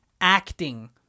acting